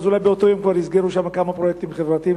אז אולי באותו יום כבר יסגרו שם כמה פרויקטים חברתיים.